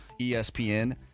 ESPN